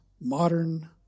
modern